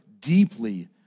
deeply